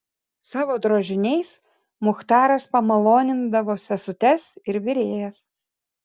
savo drožiniais muchtaras pamalonindavo sesutes ir virėjas